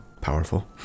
powerful